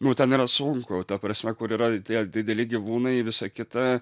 nu ten yra sunku ta prasme kur yra tie dideli gyvūnai visa kita